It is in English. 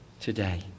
Today